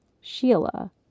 Sheila